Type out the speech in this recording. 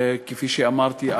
כפי שאמרתי,